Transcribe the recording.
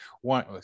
one